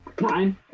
Nine